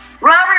Robert